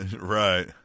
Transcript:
Right